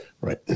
Right